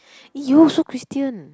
you also Christian